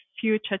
future